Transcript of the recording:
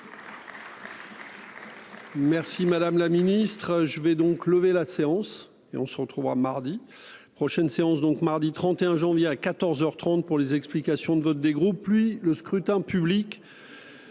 Merci, madame la Ministre. Je vais donc levé la séance et on se retrouvera mardi prochaine séance donc mardi 31 janvier à 14h 30 pour les explications de vote, des groupes